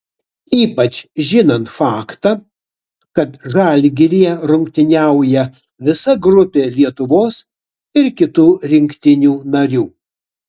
ypač žinant faktą kad žalgiryje rungtyniauja visa grupė lietuvos ir kitų rinktinių narių